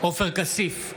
עופר כסיף,